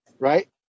Right